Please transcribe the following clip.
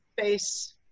face